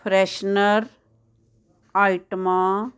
freshener ਆਈਟਮਾਂ